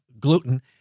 gluten